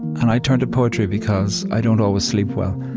and i turn to poetry because i don't always sleep well.